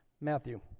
Matthew